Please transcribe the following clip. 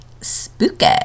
spooky